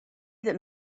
that